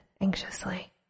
anxiously